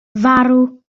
farw